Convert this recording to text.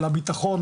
על הביטחון,